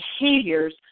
behaviors